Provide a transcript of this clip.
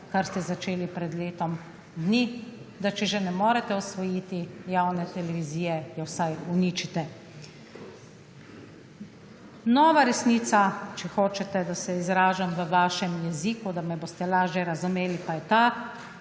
kar ste začeli pred letom dni, da če že ne morete osvojiti javne televizije, jo vsaj uničite. Nova resnica, če hočete, da se izražam v vašem jeziku, da me boste lažje razumeli, pa je ta,